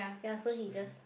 ya so he just